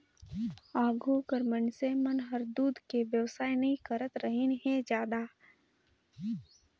आघु कर मइनसे मन हर दूद के बेवसाय नई करतरहिन हें जादा